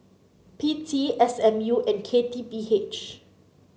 P T S M U and K T P H